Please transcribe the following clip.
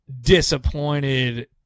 disappointed